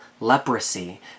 leprosy